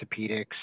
orthopedics